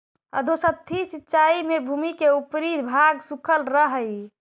अधोसतही सिंचाई में भूमि के ऊपरी भाग सूखल रहऽ हइ